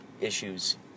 issues